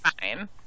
fine